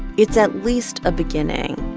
it's at least a beginning.